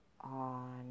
on